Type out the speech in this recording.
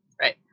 Right